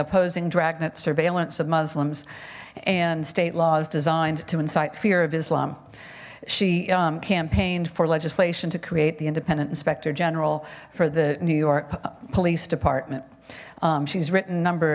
opposing dragnet surveillance of muslims and state laws designed to incite fear of islam she campaigned for legislation to create the independent inspector general for the new york police department she's written a number